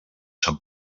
sant